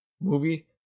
movie